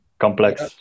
Complex